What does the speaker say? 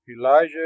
Elijah